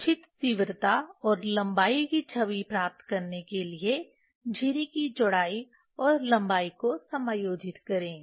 वांछित तीव्रता और लंबाई की छवि प्राप्त करने के लिए झिरी की चौड़ाई और लंबाई को समायोजित करें